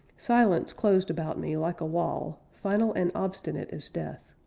silence closed about me, like a wall, final and obstinate as death.